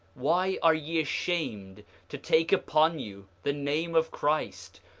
why are ye ashamed to take upon you the name of christ?